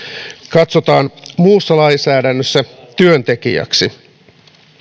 katsotaan muussa lainsäädännössä työntekijäksi